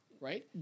right